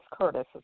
Curtis